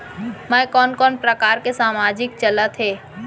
मैं कोन कोन प्रकार के सामाजिक चलत हे?